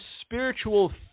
spiritual